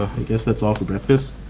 i guess that's all for breakfast.